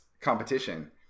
competition